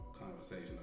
conversation